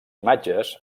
imatges